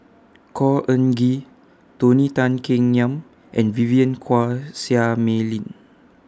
Khor Ean Ghee Tony Tan Keng Yam and Vivien Quahe Seah Mei Lin